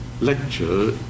lecture